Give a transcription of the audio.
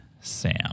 Sam